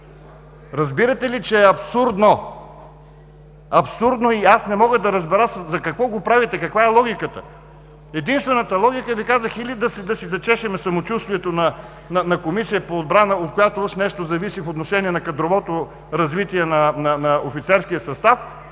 Разбирате ли, че е абсурдно! Абсурдно е! И аз не мога да разбера за какво го правите? Каква е логиката? Единствената логика е или да си зачешем самочувствието на Комисията по отбрана, от която уж нещо зависи по отношение на кадровото развитие на офицерския състав